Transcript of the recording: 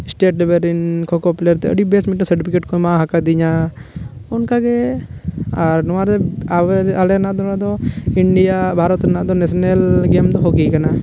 state ᱞᱮᱹᱵᱮᱹᱞ ᱨᱮᱱ ᱠᱷᱳᱼᱠᱷᱳ ᱯᱞᱮᱹᱭᱟᱨ ᱛᱮ ᱟᱹᱰᱤ ᱵᱮᱹᱥ ᱢᱤᱫᱴᱟᱝ ᱥᱟᱨᱴᱤᱯᱷᱤᱠᱮᱹᱴ ᱠᱚ ᱮᱢᱟᱣ ᱠᱟᱹᱫᱤᱧᱟ ᱚᱱᱠᱟᱜᱮ ᱟᱨ ᱱᱚᱣᱟ ᱨᱮ ᱟᱞᱮ ᱱᱚᱣᱟ ᱫᱷᱟᱨᱮ ᱫᱚ ᱤᱱᱰᱤᱭᱟ ᱵᱷᱟᱨᱚᱛ ᱨᱮᱱᱟᱜ ᱫᱚ ᱱᱟᱥᱱᱮᱞ ᱜᱮᱹᱢ ᱫᱚ ᱦᱚᱠᱤ ᱠᱟᱱᱟ